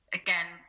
again